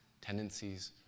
tendencies